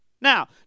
Now